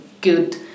good